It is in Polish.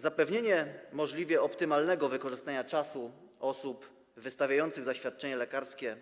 Zapewnienie możliwie optymalnego wykorzystania czasu osób wystawiających zaświadczenia lekarskie